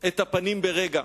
את הפנים ברגע,